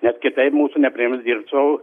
nes kitaip mūsų nepriims dirbti su